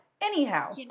Anyhow